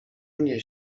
mnie